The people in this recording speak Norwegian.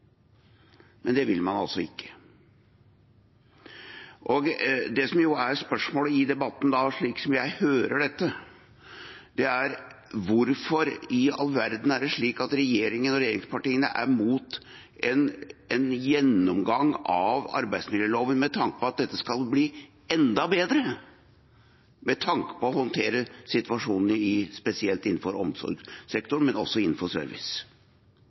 Men det vil man altså ikke. Det som er spørsmålet i debatten da, slik jeg hører dette, er hvorfor i all verden det er slik at regjeringen og regjeringspartiene er imot en gjennomgang av arbeidsmiljøloven med tanke på at dette skal bli enda bedre, med tanke på å håndtere situasjonen spesielt innenfor omsorgssektoren, men også innenfor service.